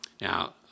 now